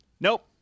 Nope